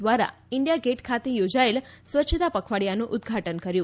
દ્વારા India gate ખાતે યોજાયેલા સ્વચ્છતા પખવાડિયાનું ઉદ્વાટન કર્યું